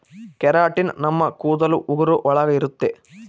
keratin ನಮ್ ಕೂದಲು ಉಗುರು ಒಳಗ ಇರುತ್ತೆ